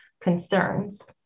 concerns